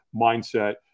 mindset